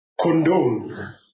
condone